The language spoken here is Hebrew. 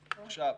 עכשיו,